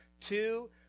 two